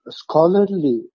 scholarly